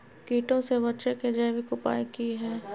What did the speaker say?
कीटों से बचे के जैविक उपाय की हैय?